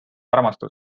armastus